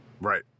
right